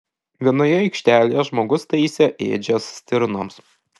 vienoje aikštelėje žmogus taisė ėdžias stirnoms